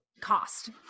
Cost